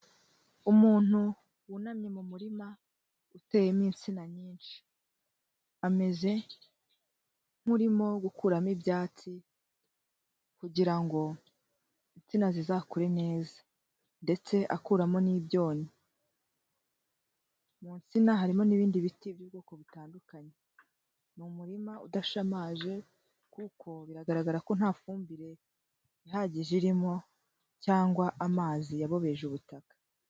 Umuntu wunamye mu murima uteyemo insina nyinshi, ameze nk'urimo gukuramo ibyatsi kugira ngo insina zizakure neza ndetse akuramo n'ibyonnyi, mu nsina harimo n'ibindi biti by'ubwoko butandukanye, ni umurima udashamaje kuko biragaragara ko nta fumbire ihagije irimo cyangwa amazi yabobeje ubutaka.